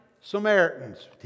Samaritans